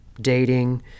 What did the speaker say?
dating